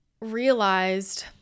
realized